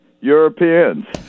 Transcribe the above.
Europeans